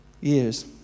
Years